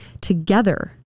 together